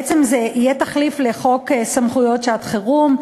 בעצם זה יהיה תחליף לחוק סמכויות שעת-חירום.